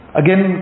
again